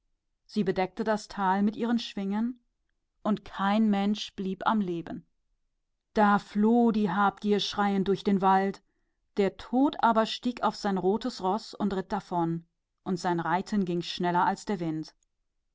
sie bedeckte das tal mit ihren flügeln und niemand blieb am leben und die habsucht floh schreiend durch den wald und der tod sprang auf sein rotes roß und ritt davon und sein roß war schneller als der wind